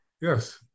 Yes